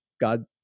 God